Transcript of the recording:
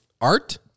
Art